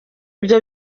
ibyo